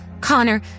Connor